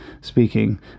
speaking